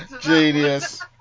Genius